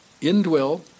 indwell